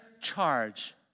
charge